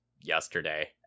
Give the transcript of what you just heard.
yesterday